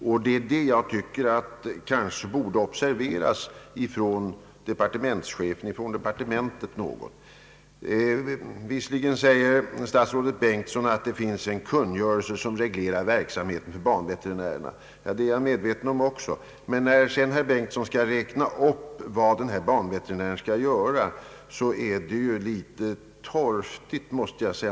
Och jag tycker att detta bör observeras av departementet. Visserligen säger herr statsrådet Bengtsson att det finns en kungörelse som reglerar verksamheten för banveterinärerna — jag är medveten om detta — men när herr Bengtsson skall räkna upp vad en banveterinär skall göra blir det litet torftigt, det måste jag säga.